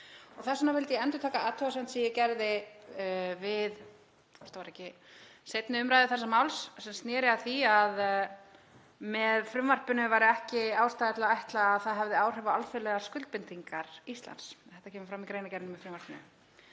Þess vegna vildi ég endurtaka athugasemd sem ég gerði við, hvort það var ekki seinni umræðu þessa máls sem sneri að því að með frumvarpinu væri ekki ástæða til að ætla að það hefði áhrif á alþjóðlegar skuldbindingar Íslands. Þetta kemur fram í greinargerðinni með frumvarpinu.